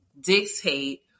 dictate